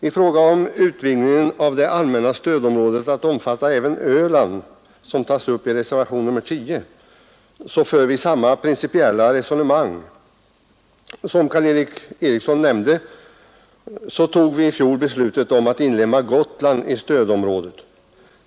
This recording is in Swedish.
När det gäller utvidgningen av det allmänna stödområdet att omfatta även Öland, som tas upp i reservationen 10, för vi samma principiella resonemang. Som Karl Erik Eriksson nämnde fattade vi i fjol beslut om att inlemma Gotland i stödområdet.